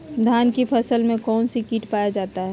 धान की फसल में कौन सी किट पाया जाता है?